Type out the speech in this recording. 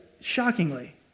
shockingly